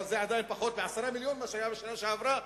אבל זה עדיין פחות 10 מיליונים ממה שהיה בשנה שעברה,